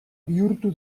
bihurtu